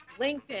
LinkedIn